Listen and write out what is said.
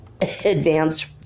advanced